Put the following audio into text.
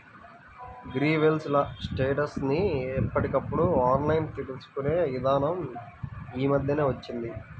grievance ల status ని ఎప్పటికప్పుడు ఆన్లైన్ తెలుసుకునే ఇదానం యీ మద్దెనే వచ్చింది